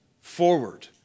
forward